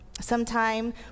sometime